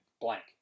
blank